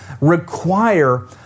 require